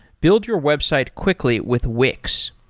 build your website quickly with wix.